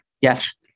Yes